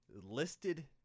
Listed